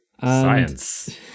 Science